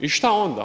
I šta onda?